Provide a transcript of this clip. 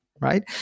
right